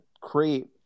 create